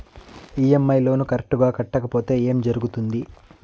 EMI loan correct గా కట్టకపోతే ఏం జరుగుతుంది